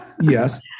Yes